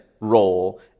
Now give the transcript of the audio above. role